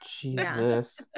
Jesus